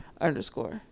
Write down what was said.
underscore